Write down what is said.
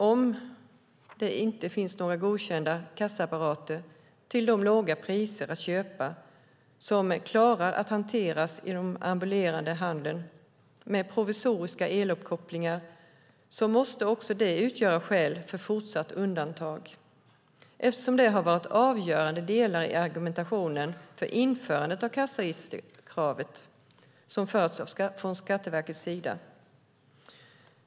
Om det inte finns några godkända kassaapparater till låga priser att köpa som klarar av att hanteras i denna ambulerande handel med provisoriska eluppkopplingar måste också det utgöra skäl för fortsatt undantag eftersom det har varit avgörande delar i den argumentation för införandet av kassaregisterkravet som förts från Skatteverkets sida.